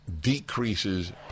decreases